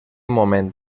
moment